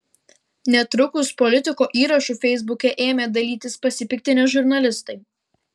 netrukus politiko įrašu feisbuke ėmė dalytis pasipiktinę žurnalistai